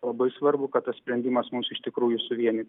labai svarbu kad tas sprendimas mus iš tikrųjų suvienytų